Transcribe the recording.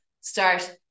start